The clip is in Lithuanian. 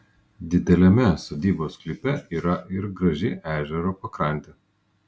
dideliame sodybos sklype yra ir graži ežero pakrantė